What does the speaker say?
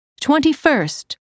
Twenty-first